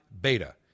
beta